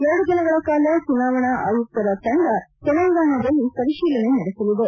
ಎರಡು ದಿನಗಳ ಕಾಲ ಚುನಾವಣೆ ಆಯುಕ್ತರ ತಂಡ ತೆಲಂಗಾಣದಲ್ಲಿ ಪರಿಶೀಲನೆ ನಡೆಸಲಿದೆ